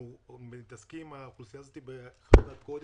אנחנו מסתכלים על האוכלוסייה הזאת בחרדת קודש.